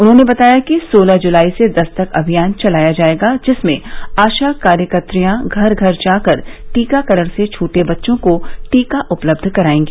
उन्होंने बताया कि सोलह जुलाई से दस्तक अभियान चलाया जाएगा जिसमें आशा कार्यकत्रियां घर घर जाकर टीकाकरण से छूटे बच्चों को टीका उपलब्ध कराएगी